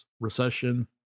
recession